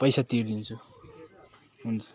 पैसा तिरिदिन्छु हुन्छ